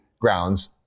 grounds